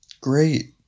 Great